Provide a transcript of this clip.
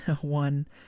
one